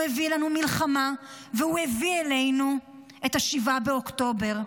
הוא הביא עלינו מלחמה והוא הביא עלינו את 7 באוקטובר,